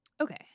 Okay